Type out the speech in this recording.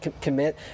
commit